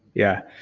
yeah.